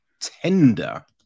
Tender